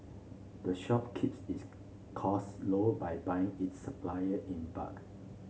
the shop keeps its costs low by buying its supplier in bulk